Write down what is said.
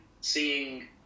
seeing